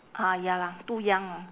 ah ya lah too young lah